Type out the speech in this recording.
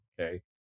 okay